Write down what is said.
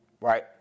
Right